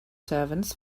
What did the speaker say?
servants